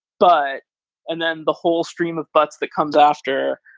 but and then the whole stream of buts that comes after,